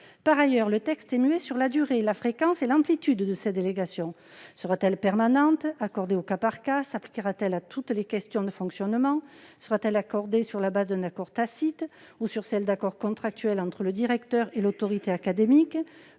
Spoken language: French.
Par ailleurs, le texte est muet sur la durée, la fréquence et l'amplitude de cette délégation : sera-t-elle permanente ? Sera-t-elle accordée au cas par cas ? S'appliquera-t-elle à toutes les questions de fonctionnement ? Sera-t-elle fondée sur un accord tacite ou sur des accords contractuels entre le directeur et l'autorité académique ?